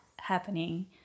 happening